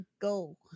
go